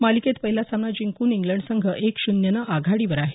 मालिकेत पहिला सामना जिंकून इंग्लंड संघ एक शून्यनं आघाडीवर आहे